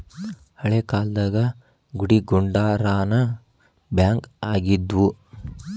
ಹಳೇ ಕಾಲ್ದಾಗ ಗುಡಿಗುಂಡಾರಾನ ಬ್ಯಾಂಕ್ ಆಗಿದ್ವು